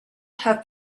have